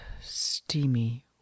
steamy